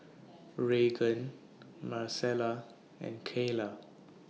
Reagan Marcella and Kaela